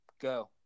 Go